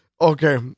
okay